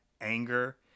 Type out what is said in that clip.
anger